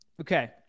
Okay